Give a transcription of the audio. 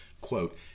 Quote